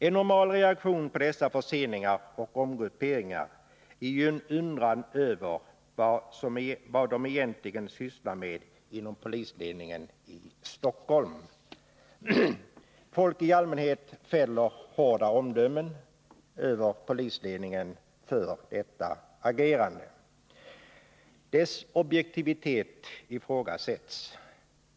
En normal reaktion på dessa förseningar och omgrupperingar är ju en undran över vad de egentligen sysslar med inom polisledningen i Stockholm. Folk i allmänhet fäller hårda omdömen om polisledningen för detta agerande. Dess objektivitet ifrågasätts.